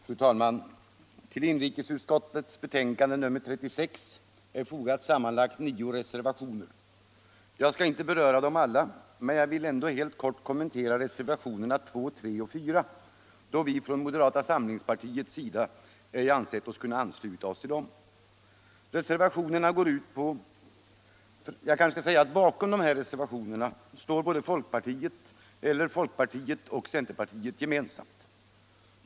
Fru talman! Till inrikesutskottets betänkande nr 36 är fogat sammanlagt 9 reservationer. Jag skall inte beröra dem alla, men vill ändock helt kort kommentera reservationerna 2, 3 och 4, eftersom vi från moderata samlingspartiet ej har ansett att vi kan ansluta oss till dem. Bakom dessa reservationer står folkpartiet eller folkpartiet och centern gemensamt.